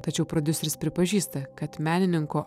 tačiau prodiuseris pripažįsta kad menininko